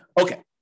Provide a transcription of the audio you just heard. Okay